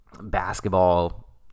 basketball